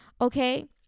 okay